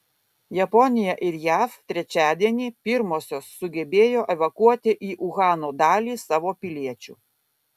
japonija ir jav trečiadienį pirmosios sugebėjo evakuoti į uhano dalį savo piliečių